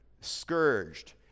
scourged